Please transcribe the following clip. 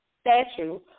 statue